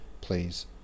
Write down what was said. please